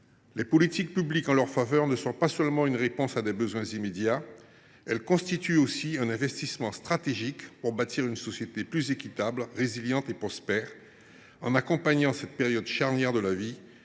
Les politiques publiques en leur faveur ne sont pas seulement une réponse à des besoins immédiats. Elles constituent aussi un investissement stratégique pour bâtir une société plus équitable, résiliente et prospère. En accompagnant cette période charnière de la vie,